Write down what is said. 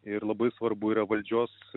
ir labai svarbu yra valdžios